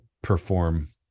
perform